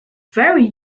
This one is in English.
very